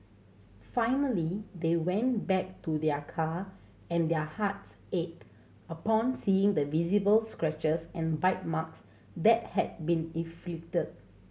finally they went back to their car and their hearts ached upon seeing the visible scratches and bite marks that had been inflicted